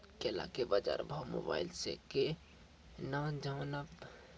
केला के बाजार भाव मोबाइल से के ना जान ब?